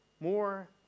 more